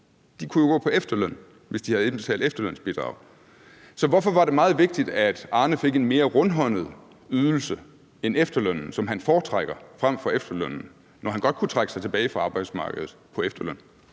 De kunne jo gå på efterløn, hvis de havde indbetalt efterlønsbidrag. Så hvorfor var det meget vigtigt, at Arne fik en mere rundhåndet ydelse end efterlønnen, som han foretrækker frem for efterlønnen, når han godt kunne trække sig tilbage fra arbejdsmarkedet på efterløn?